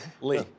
Lee